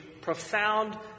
profound